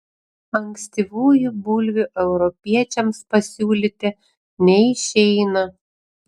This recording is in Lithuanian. ankstyvųjų bulvių europiečiams pasiūlyti neišeina